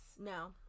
No